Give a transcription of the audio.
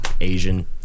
Asian